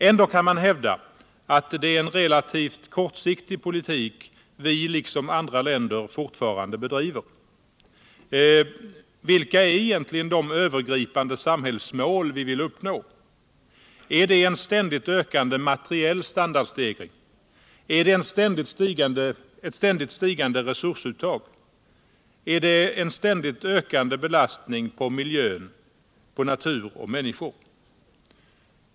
Ändå kan man hävda att det är en relativt kortsiktig politik vi liksom andra länder fortfarande bedriver. Vilka är egentligen de övergripande samhällsmål vi vill uppnå? Är det en ständigt ökande materiell standardstegring? Är det ett ständigt stigande resursuttag? Är det en ständigt ökande belastning på miljö, natur och miinniskor?